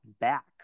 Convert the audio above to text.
back